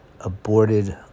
aborted